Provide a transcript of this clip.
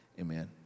amen